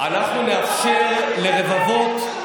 אנחנו נאפשר לרבבות,